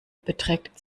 beträgt